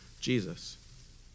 Jesus